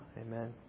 Amen